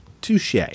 Touche